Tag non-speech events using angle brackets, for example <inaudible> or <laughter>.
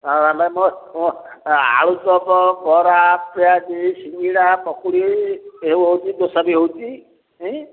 ଆଳୁ ଚପ ବରା ପିଆଜି ସିଙ୍ଗଡ଼ା ପକୁଡ଼ି ଏ ହେଉଛି <unintelligible> ହେଉଛି